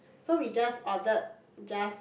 so we just ordered just